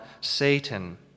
Satan